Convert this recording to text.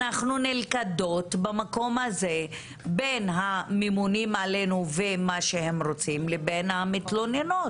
אנחנו נלכדות במקום שבין הממונים עלינו ומה שהם רוצים לבין המתלוננות.